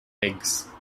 eggs